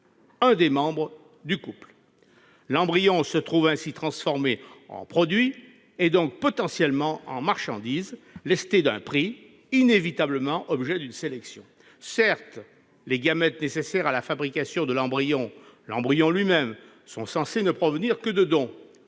des membres du couple ». L'embryon se trouve ainsi transformé en produit, et donc, potentiellement, en marchandise lestée d'un prix et inévitablement objet d'une sélection. Certes, les gamètes nécessaires à la fabrication de l'embryon et l'embryon lui-même sont censés ne provenir que de dons-